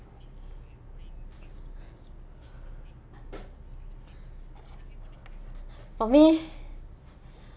for me